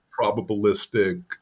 probabilistic